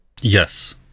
Yes